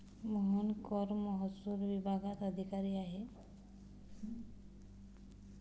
मोहन कर महसूल विभागात अधिकारी आहे